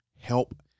Help